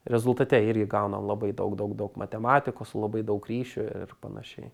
rezultate irgi gaunam labai daug daug daug matematikossu labai daug ryšių ir panašiai